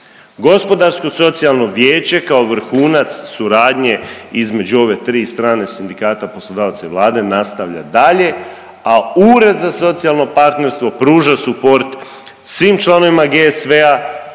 Gospodarsko-socijalno vijeće kao vrhunac suradnje između ove tri strane, sindikata, poslodavaca i Vlade nastavlja dalje, a Ured za socijalno partnerstvo pruža suport svim članovima GSV-a,